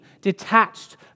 detached